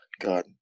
God